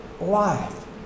life